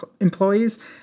employees